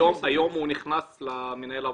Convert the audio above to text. היום הוא נכנס למשרד של מנהל העבודה,